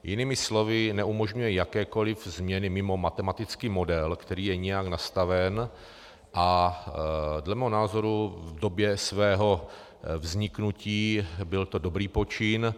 Jinými slovy, neumožňuje jakékoliv změny mimo matematický model, který je nějak nastaven, a dle mého názoru v době svého vzniku byl to dobrý počin.